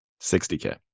60k